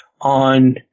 on